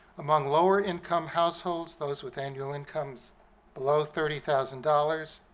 among lower-income households, those with annual incomes below thirty thousand dollars,